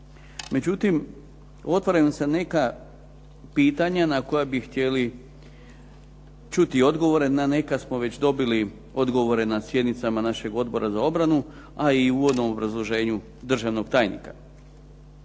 Međutim, otvaraju se neka pitanja na koja bi htjeli čuti odgovore. Na neka smo već dobili odgovore na sjednicama našeg Odbora za obranu, a i u uvodnom obrazloženju državnog tajnika.